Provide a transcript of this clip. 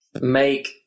make